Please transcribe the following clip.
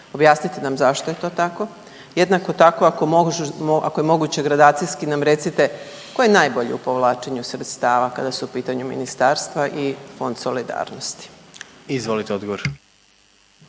Objasnite nam zašto je to tako. Jednako tako ako je moguće gradacijski nam recite tko je najbolji u povlačenju sredstava kada su u pitanju ministarstva i Fond solidarnosti. **Jandroković,